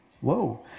Whoa